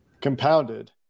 compounded